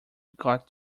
got